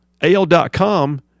AL.com